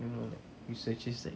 and we're like researchers like